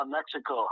Mexico